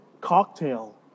cocktail